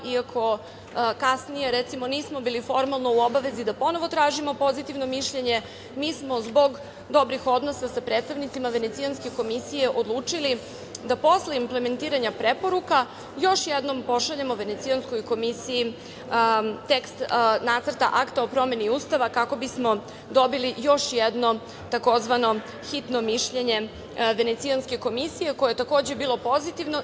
Iako kasnije, recimo, nismo bili formalno u obavezi da ponovo tražimo pozitivno mišljenje, mi smo zbog dobrih odnosa sa predstavnicima Venecijanske komisije odlučili da posle implementiranja preporuka još jednom pošaljemo Venecijanskoj komisiji tekst Nacrta akta o promeni Ustava, kako bismo dobili još jedno tzv. hitno mišljenje Venecijanske komisije, koje je takođe bilo pozitivno.